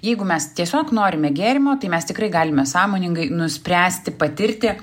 jeigu mes tiesiog norime gėrimo tai mes tikrai galime sąmoningai nuspręsti patirti